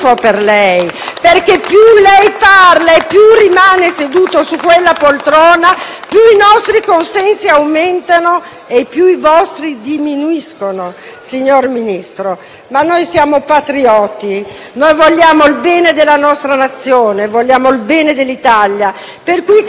più rimane seduto su quella poltrona, più i nostri consensi aumentano e i vostri diminuiscono, signor Ministro. Ma noi siamo patrioti, vogliamo il bene della nostra Nazione, vogliamo il bene dell'Italia. Pertanto, crediamo che lei sia pagato per